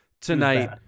tonight